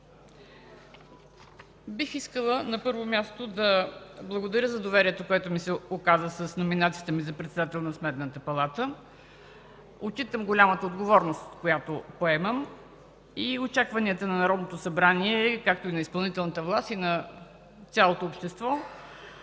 бих искала да благодаря за доверието, което ми се оказа с номинацията ми за председател на Сметната палта. Отчитам голямата отговорност, която поемам, очакванията на Народното събрание, както и на изпълнителната власт, и на цялото общество.